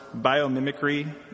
biomimicry